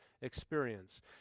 experience